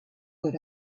would